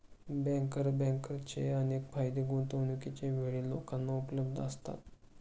banker बँकर्सचे अनेक फायदे गुंतवणूकीच्या वेळी लोकांना उपलब्ध असतात